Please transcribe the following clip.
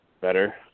better